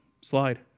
slide